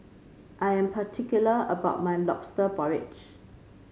I am particular about my lobster porridge